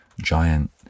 giant